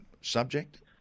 subject